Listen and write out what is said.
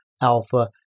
alpha